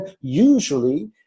usually